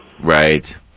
Right